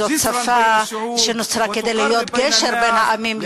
זאת שפה שנוצרה כדי להיות גשר בין העמים,